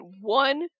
one